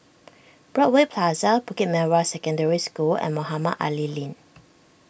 Broadway Plaza Bukit Merah Secondary School and Mohamed Ali Lane